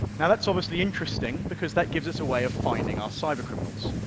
now that's obviously interesting, because that gives us a way of finding our cybercriminals.